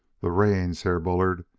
the rains, herr bullard,